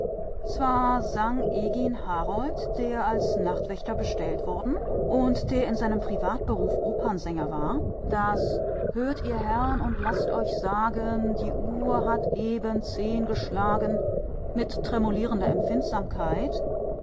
zwar sang egin harold der als nachtwächter bestellt worden und der in seinem privatberuf opernsänger war das hört ihr herr'n und laßt euch sagen die uhr hat eben zehn geschlagen mit tremolierender empfindsamkeit